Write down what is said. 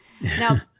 Now